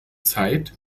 zeit